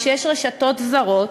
כשיש רשתות זרות,